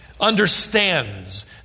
understands